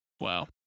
Wow